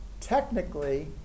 Technically